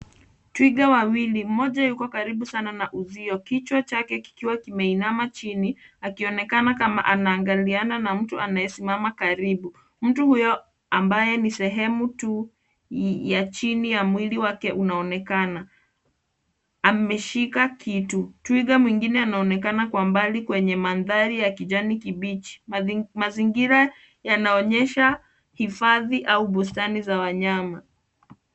Twiga wawili. Moja yuko karibu sana na uzio, kichwa chake kikiwa kimeinama chini akionekana kama anaangaliana na mtu anayesimama karibu. Mtu huyo ambaye ni sehemu tu ya chini ya mwili wake unaonekana ameshika kitu. Twiga mwingine anaonekana kwa mbali kwenye mandhari ya kijani kibichi. Mazingira yanaonyesha hifadhi au bustani ya wanyama.